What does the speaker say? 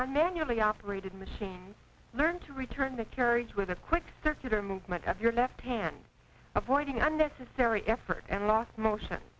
on manually operated machines learn to return the carriage with a quick circular movement of your left hand avoiding unnecessary effort and lost motion